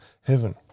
heaven